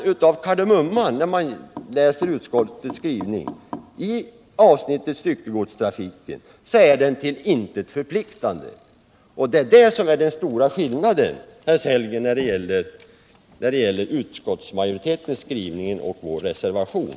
När man har läst utskottets skrivning i avsnittet styckegodstrafik blir summan av kardemumman att den är till intet förpliktande. Det är det som är den stora skillnaden, herr Sellgren, mellan utskottsmajoritetens skrivning och vår reservation.